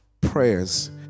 prayers